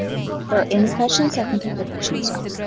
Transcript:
so any questions? i can take your questions now.